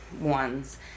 ones